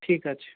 ঠিক আছে